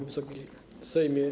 Wysoki Sejmie!